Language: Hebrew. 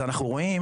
אז אנחנו רואים